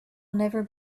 never